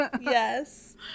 Yes